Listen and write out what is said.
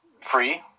free